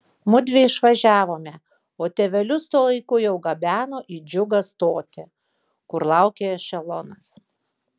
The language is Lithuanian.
mudvi išvažiavome o tėvelius tuo laiku jau gabeno į džiugą stotį kur laukė ešelonas